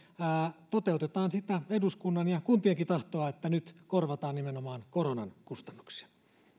toteutetaan sitä eduskunnan ja kuntienkin tahtoa että nyt korvataan nimenomaan koronan kustannuksia